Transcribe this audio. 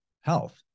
health